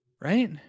right